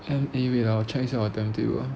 M_P wait ah 我 check 一下我的 timetable